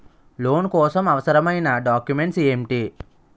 Loan కోసం అవసరమైన documents ఎంటి?